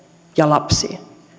ja lapsiin